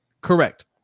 correct